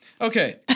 Okay